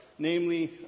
Namely